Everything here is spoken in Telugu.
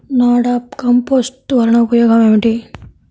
నాడాప్ కంపోస్ట్ వలన ఉపయోగం ఏమిటి?